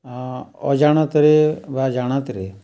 ଅଜାଣତରେ ବା ଜାଣତିରେ